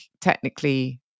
technically